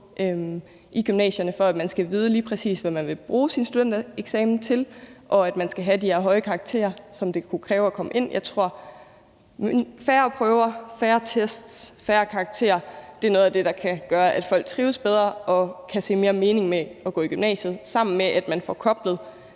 i forhold til at man skal vide, lige præcis hvad man vil bruge sin studentereksamen til, og at man skal have de her høje karakterer, som det kræver at komme ind. Jeg tror, at færre prøver, færre test og færre karakterer er noget af det, der kan gøre, at folk trives bedre og kan se mere mening med at gå i gymnasiet, samtidig med at man får koblet